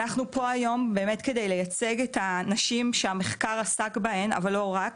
אנחנו פה היום באמת כדי לייצג את הנשים שהמחקר עסק בהן אבל לא רק,